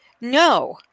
No